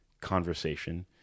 conversation